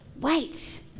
Wait